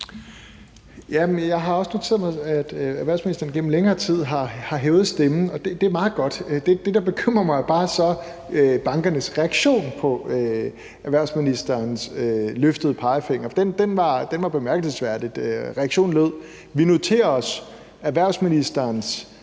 Jeg har også noteret mig, at erhvervsministeren igennem længere tid har hævet stemmen, og det er meget godt. Det, der bekymrer mig, er bare bankernes reaktion på erhvervsministerens løftede pegefinger. Den var bemærkelsesværdig. Reaktionen lød: Vi noterer os erhvervsministerens